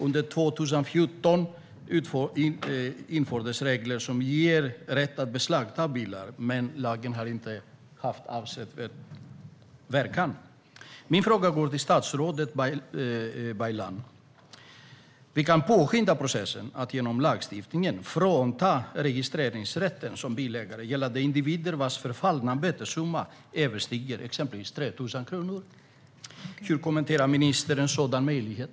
Under 2014 infördes regler som ger rätt att beslagta bilar, men lagen har inte haft avsedd verkan. Min fråga går till statsrådet Baylan. Vi kan påskynda processen och genom lagstiftning frånta registreringsrätten för bilägare när det gäller individer vars förfallna bötessumma överstiger exempelvis 3 000 kronor. Hur kommenterar ministern en sådan möjlighet?